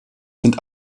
sind